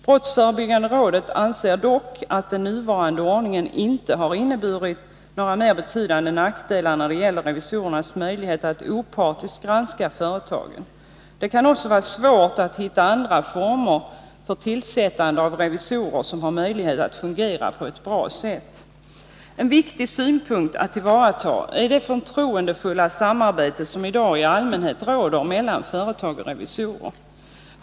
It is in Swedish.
Brottsförebyggande rådet anser dock att den nuvarande ordningen inte har inneburit några mer betydande nackdelar när det gäller revisorernas möjligheter att opartiskt granska företagen. Det kan också vara svårt att för tillsättande av revisorer hitta andra former som har möjlighet att fungera på ett bra sätt. Ett viktigt inslag att tillvarata är det förtroendefulla samarbete som i dag i allmänhet råder mellan företag och revisorer.